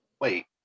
wait